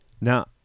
Now